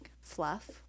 fluff